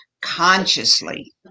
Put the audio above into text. consciously